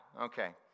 okay